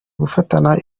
gufatana